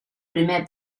primer